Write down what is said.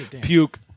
Puke